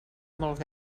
molt